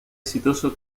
exitoso